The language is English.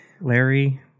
Larry